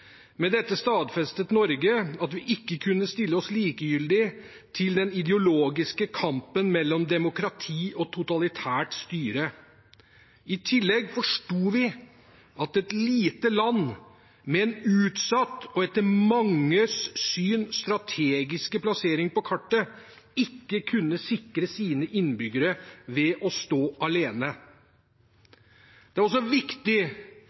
Med dette stadfestet Norge at vi ikke kunne stille oss likegyldig til den ideologiske kampen mellom demokrati og totalitært styre. I tillegg forsto vi at et lite land, med en utsatt og etter manges syn strategiske plassering på kartet, ikke kunne sikre sine innbyggere ved å stå alene. Det er også viktig